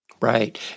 Right